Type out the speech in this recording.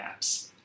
apps